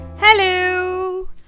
Hello